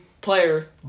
player